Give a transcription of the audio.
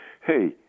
Hey